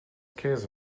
käse